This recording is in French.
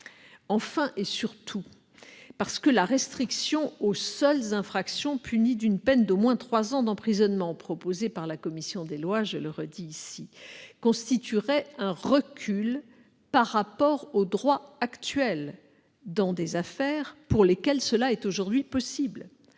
Enfin, et surtout, la restriction aux seules infractions punies d'une peine d'au moins trois ans d'emprisonnement proposée par la commission des lois constituerait, je le répète, un recul par rapport au droit actuel dans des affaires pour lesquelles cette procédure est aujourd'hui possible.